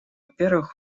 первых